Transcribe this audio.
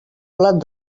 blat